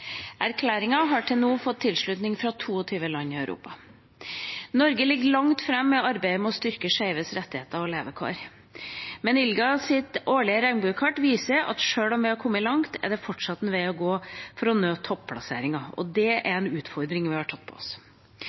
Erklæringen har til nå fått tilslutning fra 22 land i Europa. Norge ligger langt framme i arbeidet for å styrke skeive personers rettigheter og levekår, men ILGAs årlige regnbuekart viser at sjøl om vi har kommet langt, er det fortsatt en vei å gå for å nå topplasseringen, og det er en utfordring vi har tatt på oss.